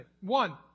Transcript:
One